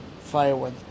firewood